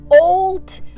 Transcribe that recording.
Old